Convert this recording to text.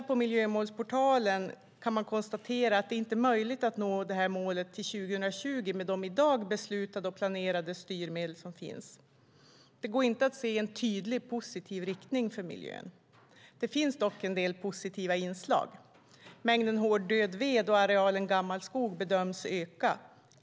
På miljömålsportalen konstateras att det inte är möjligt att nå målet till år 2020 med de i dag beslutade och planerade styrmedel som finns. Det går inte att se en tydligt positiv riktning för miljön. Det finns dock en del positiva inslag. Mängden hård död ved och arealen gammal skog bedöms öka.